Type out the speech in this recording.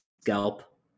scalp